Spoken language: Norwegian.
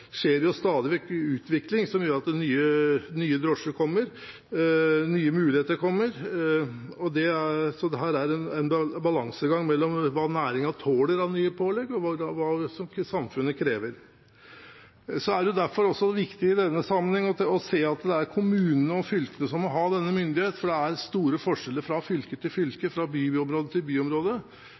skjer det stadig vekk utvikling ved at nye drosjer kommer, nye muligheter kommer. Her er det en balansegang mellom hva næringen tåler av nye pålegg, og hva samfunnet krever. Det er derfor også viktig i denne sammenhengen at det er kommunene og fylkene som må ha denne myndigheten, for det er store forskjeller fra fylke til fylke og fra byområde til